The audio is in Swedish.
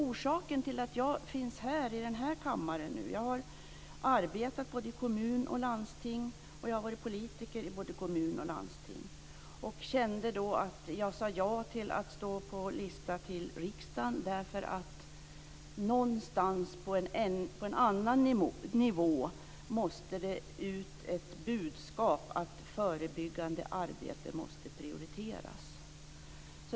Orsaken till att jag finns i den här kammaren nu är att jag har arbetat i kommun och landsting och varit politiker i både kommun och landsting, och sade ja till att stå på listan till riksdagen för att det på en annan nivå måste ut ett budskap att förebyggande arbete måste prioriteras.